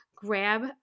Grab